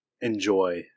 enjoy